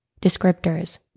descriptors